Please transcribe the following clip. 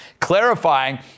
clarifying